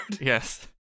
Yes